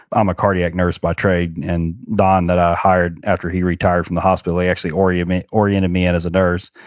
um a cardiac nurse by trade, and don, that i hired after he retired from the hospital, he actually oriented oriented me in as a nurse.